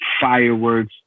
fireworks